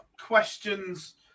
questions